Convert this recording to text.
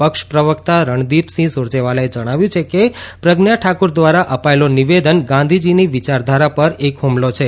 પક્ષ પ્રવક્તા રણદીપસિંહ સૂરજેવાલાએ જણાવ્યં છે કે પ્રજ્ઞા ઠાકુર દ્વારા અપાયેલો નિવેદન ગાંધીજીની વિચારધારા પર એક હુમલો છે